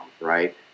right